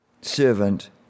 servant